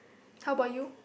how about you